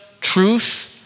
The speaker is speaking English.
truth